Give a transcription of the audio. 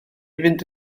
fynd